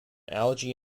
algae